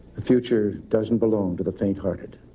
the future doesn't belong to the faint-hearted.